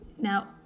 Now